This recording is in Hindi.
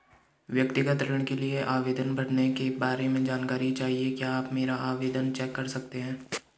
व्यक्तिगत ऋण के लिए आवेदन भरने के बारे में जानकारी चाहिए क्या आप मेरा आवेदन चेक कर सकते हैं?